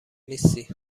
نیستی